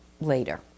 later